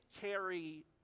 carry